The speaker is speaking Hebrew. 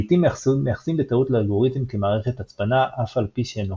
לעיתים מתייחסים בטעות לאלגוריתם כמערכת הצפנה אף על פי שאינו כזה.